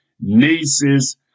nieces